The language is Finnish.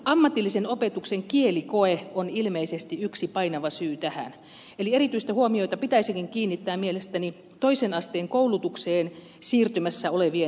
ammatillisen opetuksen kielikoe on ilmeisesti yksi painava syy tähän eli erityistä huomiota pitäisikin kiinnittää mielestäni toisen asteen koulutukseen siirtymässä olevien tukemiseen